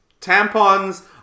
tampons